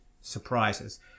surprises